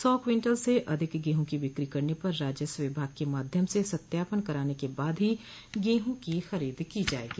सौ कुन्तल से अधिक गेहूं की बिकी करने पर राजस्व विभाग के माध्यम से सत्यापन कराने के बाद ही गेहूं की खरीद की जायेगी